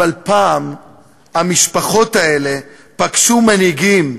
אבל פעם המשפחות האלה פגשו מנהיגים,